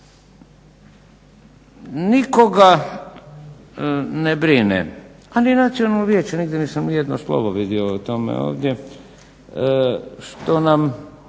Nikoga ne brine, a ni Nacionalno vijeće, nigdje nisam ni jedno slovo vidio o tome ovdje što nam